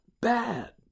bad